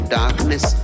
darkness